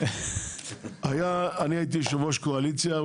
אני הייתי יו"ר קואליציה,